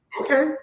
Okay